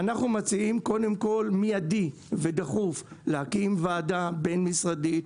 אנחנו מציעים קודם כל מיידי ודחוף להקים ועדה בינמשרדית,